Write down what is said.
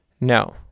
No